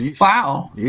Wow